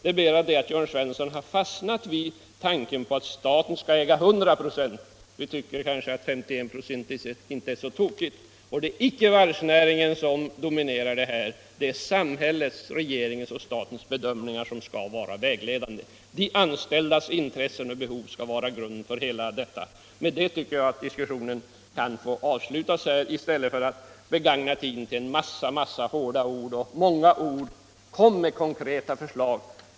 Det är bara det att Jörn Svensson har fastnat i tanken på att staten skall äga 100 96. Vi tycker inte att 51 96 är så tokigt. Det är icke varvsnäringen som dominerar detta samarbete — det är samhällets, regeringens och statens bedömningar som skall vara vägledande. De anställdas intressen och behov skall vara grunden för verksarhheten. — Med det tycker jag diskussionen om detta kan vara avslutad. Det finns ingen anledning att begagna tiden till att uttala en massa hårda ord. Kom med konkreta förslag!